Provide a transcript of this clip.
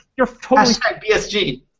BSG